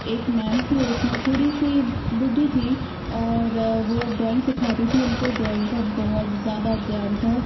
एक मैम थीं उसमें थोड़ी सी बुढ्ढी थीं और वो ड्रॉइंग सिखाती थीं उनको ड्रॉइंग का बहुत ज़्यादा ज्ञान था